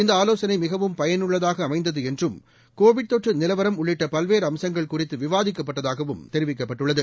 இந்த ஆலோசனை மிகவும் பயனுள்ளதாக அமைந்தது என்றும் கோவிட் தொற்று நிலவரம் உள்ளிட்ட பல்வேறு அம்சங்கள் குறித்து விவாதிக்கப்பட்டதாகவும் தெரிவிக்கப்பட்டுள்ளது